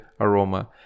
aroma